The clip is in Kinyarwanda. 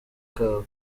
kabo